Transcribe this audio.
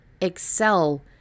excel